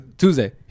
Tuesday